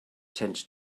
tends